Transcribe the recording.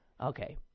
Okay